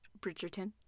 Bridgerton